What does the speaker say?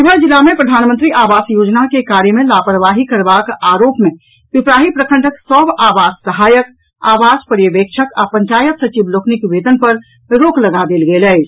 शिवहर जिला मे प्रधानमंत्री आवास योजना के कार्य मे लापरवाही करबाक आरोप मे पिपराही प्रखंडक सभ आवास सहायक आवास पर्यवेक्षक आ पंचायत सचिव लोकनिक वेतन पर रोक लगा देल गेल अछि